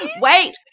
Wait